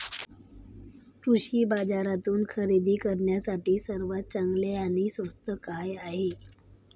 कृषी बाजारातून खरेदी करण्यासाठी सर्वात चांगले आणि स्वस्त काय आहे?